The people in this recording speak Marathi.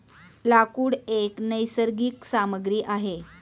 लाकूड एक नैसर्गिक सामग्री आहे